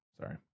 Sorry